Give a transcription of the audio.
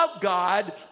God